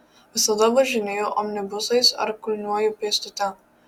visada važinėju omnibusais ar kulniuoju pėstute